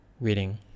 reading